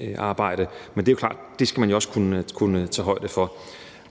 EU-arbejde, men det er klart, at det skal man jo også kunne tage højde for.